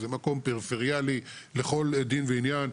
זה מקום פריפריאלי לכל דין ועניין.